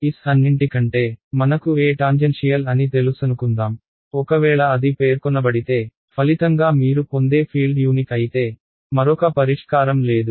S అన్నింటికంటే మనకు E tangential అని తెలుసనుకుందాం ఒకవేళ అది పేర్కొనబడితే ఫలితంగా మీరు పొందే ఫీల్డ్ యూనిక్ అయితే మరొక పరిష్కారం లేదు